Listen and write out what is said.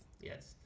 Yes